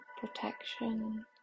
protection